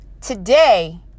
today